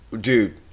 dude